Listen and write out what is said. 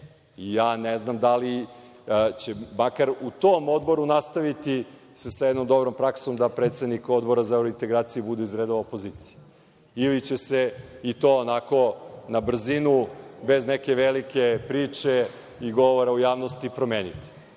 menja. Ne znam da li će makar u tom odboru se nastaviti sa jednom dobrom praksom da predsednik Odbora za evrointegracije bude iz redova opozicije, ili će se i to onako, na brzinu, bez neke velike priče i govora u javnosti promeniti. Tako